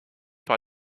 par